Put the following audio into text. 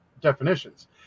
definitions